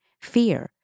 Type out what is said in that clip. fear